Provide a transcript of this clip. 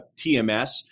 TMS